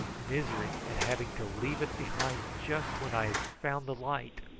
misery at having to leave it behind just when i had found the light.